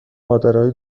مادرای